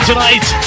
Tonight